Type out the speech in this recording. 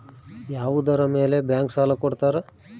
ಯಾವುದರ ಮೇಲೆ ಬ್ಯಾಂಕ್ ಸಾಲ ಕೊಡ್ತಾರ?